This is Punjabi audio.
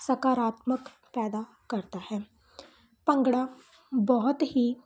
ਸਕਾਰਾਤਮਕ ਪੈਦਾ ਕਰਦਾ ਹੈ ਭੰਗੜਾ ਬਹੁਤ ਹੀ